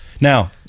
Now